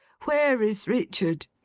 where is richard